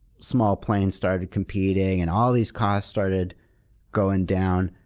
small planes started competing, and all these costs started going down,